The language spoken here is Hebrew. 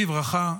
בברכה,